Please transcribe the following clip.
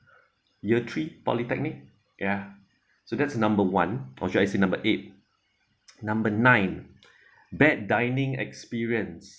year three polytechnic yeah so that's number one or should I say number eight number nine bad dining experience